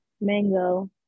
mango